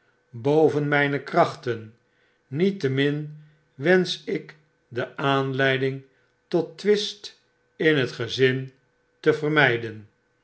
boven myn krachten niettemin wensch ikdeaanleiding tot twist in het gezin te vermyden